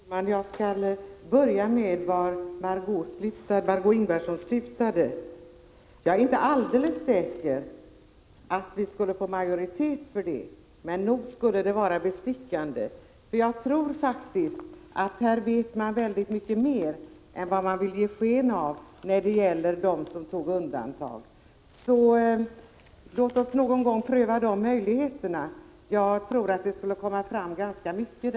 Herr talman! Jag skall börja med det som Marg6ö Ingvardsson slutade med: Jag är inte alldeles säker på att vi skulle få majoritet för det förslaget, men det låter bestickande. Jag tror nämligen att man vet mycket mer än man vill ge sken av när det gäller undantagandepensionärerna. Låt oss någon gång pröva möjligheten att ta reda på hur det verkligen förhåller sig! Jag tror att vi skulle kunna få fram ganska mycket.